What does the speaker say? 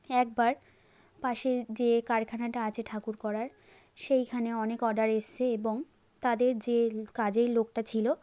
একবার পাশেই যে কারখানাটা আছে ঠাকুর করার সেইখানে অনেক অডার এসসে এবং তাদের যে কাজের লোকটা ছিলো